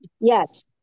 Yes